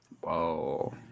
whoa